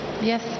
Yes